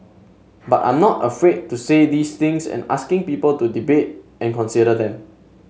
but I'm not afraid to say these things and asking people to debate and consider them